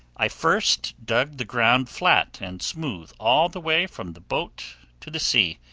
i first dug the ground flat and smooth all the way from the boat to the sea,